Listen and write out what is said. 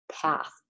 path